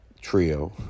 trio